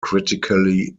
critically